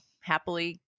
happily